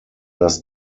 das